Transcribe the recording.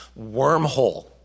wormhole